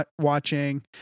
watching